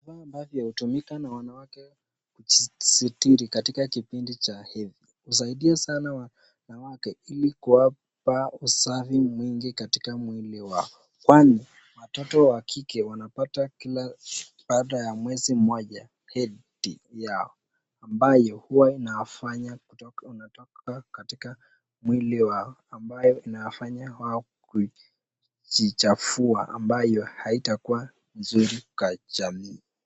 Baadhi ya hutumika na wanawake kusitiri katika kipindi cha hedhi husaidia sana wanawake ili kuwapa usafi mwingi katika mwili wao. Kwani watoto wa kike wanapata kila baadae ya mwezi moja hedhi yao ambayo huwa inawafanya kutoka unatoka katika mwili wao ambayo inawafanya wao kujichafua ambayo haitakuwa nzuri kwa jamii.